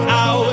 out